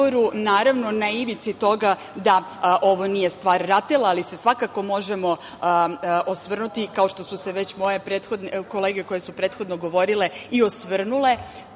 naravno, na ivici toga da ovo nije stvar RATEL-a, ali se svakako možemo osvrnuti, kao što su se moje kolege koje su prethodno govorile i osvrnule,